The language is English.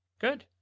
Good